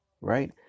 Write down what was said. Right